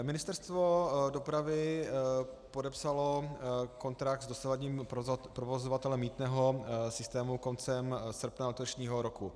Ministerstvo dopravy podepsalo kontrakt s dosavadním provozovatelem mýtného systému koncem srpna letošního roku.